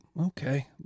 okay